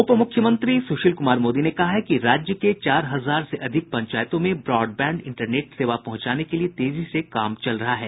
उपमुख्यमंत्री सुशील कुमार मोदी ने कहा है कि राज्य के चार हजार से अधिक पंचायतों में ब्रॉडबैंड इंटरनेट सेवा पहुंचाने के लिए तेजी से कार्य चल रहा है